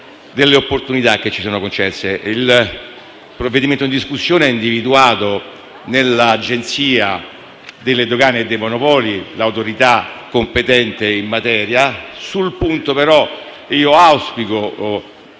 delle opportunità che ci sono concesse. Il provvedimento in discussione ha individuato nell'Agenzia delle dogane e dei monopoli l'autorità competente in materia. Tuttavia, sul punto auspico